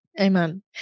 amen